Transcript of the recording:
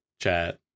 chat